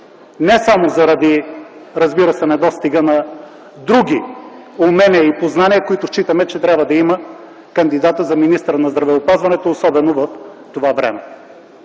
не само заради недостига на други умения и познания, които считаме, че трябва да има кандидатът за министър на здравеопазването, особено в това време.